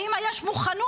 האם יש מוכנות?